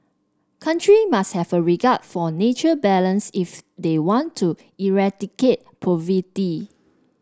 countries must have a regard for nature balance if they want to eradicate poverty